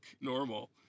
normal